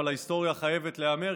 אבל ההיסטוריה חייבת להיאמר,